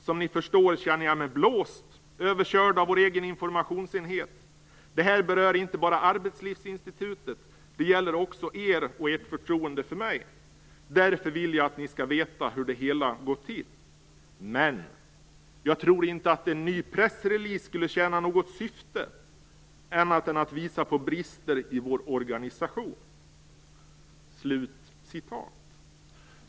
Som ni förstår känner jag mig blåst, överkörd av vår egen informationsenhet. Det här berör inte bara Arbetslivsinstitutet, det gäller oxå er och ert förtroende för mig. Därför vill jag att ni ska veta hur det hela gått till! Men! Jag tror inte att en ny pressrelease skulle tjäna något syfte, annat än visa på brister i vår organisation".